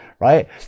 right